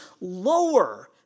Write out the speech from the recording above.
lower